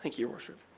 like your worship.